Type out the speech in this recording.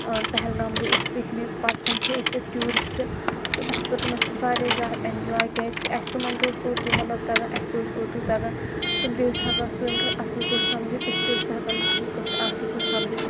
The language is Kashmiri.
پہلگام گٔے أسۍ پِکنِک پَتہٕ سَمکھے اَسہِ تَتہِ ٹوٗرِسٹ تہٕ اسہِ کٔر تمَں سٟتۍ واریاہ زِیادٕ اؠنجاے کِیٛازِ کہِ اسہِ تِمَن تہِ اوس اردوٗ مطلب تَگان اَسہِ تہِ اوس اردوٗ تَگان تم تہِ ٲسۍ ہؠکان سٲنۍ کَتھ اصٟل پٲٹھۍ سَمجِتھ أسۍ تہِ ٲسۍ ہؠکان تُہٕنٛز کَتھ اصٕل پٲٹھۍ سَمجِتھ